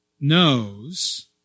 knows